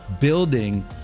building